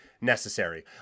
necessary